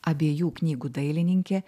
abiejų knygų dailininkė